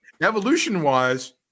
Evolution-wise